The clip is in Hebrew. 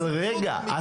אז רגע,